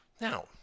Now